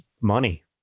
money